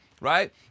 right